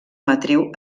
matriu